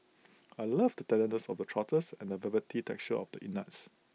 I love the tenderness of the trotters and the velvety texture of the innards